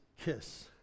kiss